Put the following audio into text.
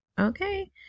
Okay